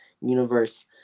universe